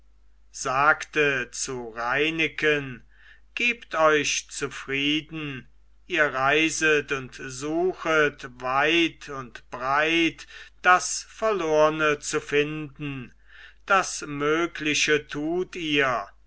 sagte zu reineken gebt euch zufrieden ihr reiset und suchet weit und breit das verlorne zu finden das mögliche tut ihr